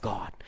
God